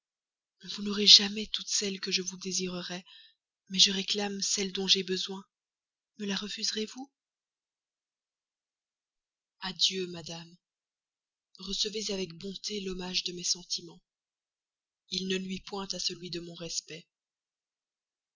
vous n'aurez jamais toute celle que je vous désirerais mais je réclame celle dont j'ai besoin me la refuserez-vous adieu madame recevez avec bonté l'hommage de mes sentiments il ne nuit point à celui de mon respect